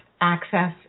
access